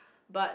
but